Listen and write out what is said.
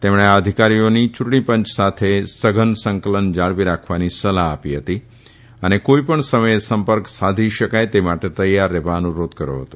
તેમણે આ અધિકારીઓની યુંટણી પંચ સાથે સઘન સંકલન જાળવી રાખવાની સલાફ આપી હતી અને કોઇપણ સમયે સંપર્ક સાધી શકાય તે માટે તૈયાર રહેવા અનુરોધ કર્યો હતો